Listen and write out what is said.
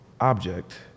object